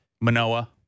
Manoa